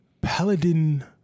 paladin